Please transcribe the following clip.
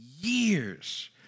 years